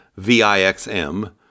VIXM